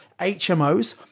HMOs